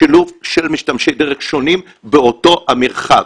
שילוב של משתמשי דרך שונים באותו המרחב,